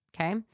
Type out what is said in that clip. okay